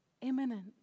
imminent